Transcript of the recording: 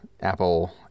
Apple